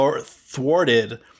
thwarted